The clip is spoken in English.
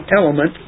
element